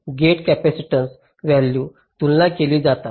gate कॅपेसिटीन्ससह values तुलना केली जातात